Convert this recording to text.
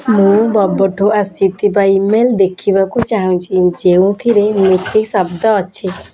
ମୁଁ ବବଠୁ ଆସିଥିବା ଇମେଲ୍ ଦେଖିବାକୁ ଚାହୁଁଛି ଯେଉଁଥିରେ ମିଟି ଶବ୍ଦ ଅଛି